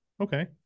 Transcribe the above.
Okay